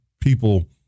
people